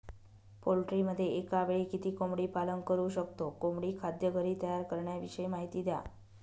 पोल्ट्रीमध्ये एकावेळी किती कोंबडी पालन करु शकतो? कोंबडी खाद्य घरी तयार करण्याविषयी माहिती द्या